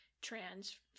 trans